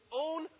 own